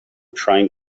trying